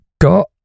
got